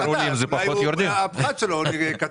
המחיר יורד אבל הפחת שלו קטן.